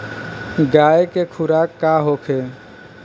गाय के खुराक का होखे?